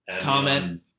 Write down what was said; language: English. comment